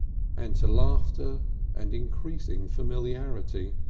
and to laughter and increasing familiarity.